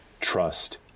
trust